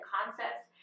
Concepts